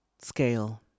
Scale